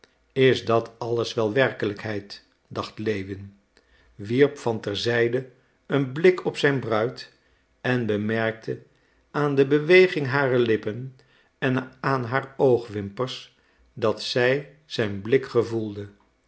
is dat alles wel werkelijkheid dacht lewin wierp van ter zijde een blik op zijn bruid en bemerkte aan de beweging harer lippen en aan haar oogwimpers dat zij zijn blik gevoelde